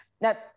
Now